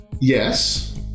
Yes